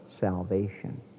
salvation